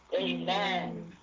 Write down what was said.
Amen